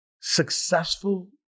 successful